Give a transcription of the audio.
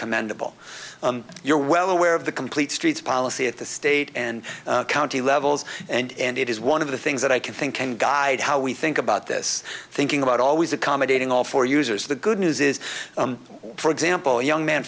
commendable you're well aware of the complete streets policy at the state and county levels and it is one of the things that i can think can guide how we think about this thinking about always accommodating all four users of the good news is for example young man